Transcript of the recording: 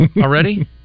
already